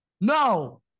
no